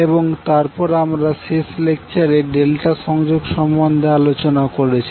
এবং তারপর আমরা শেষ লেকচারে ডেল্টা সংযোগ সম্বন্ধে আলোচনা করেছি